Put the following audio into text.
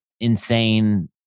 insane